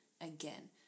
again